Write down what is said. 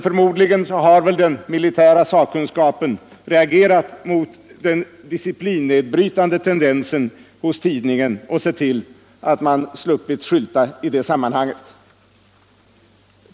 Förmodligen har väl den militära sakkunskapen reagerat mot den disciplinnedbrytande tendensen hos tidningen och sett till att man slipper skylta som utgivare i detta sammanhang.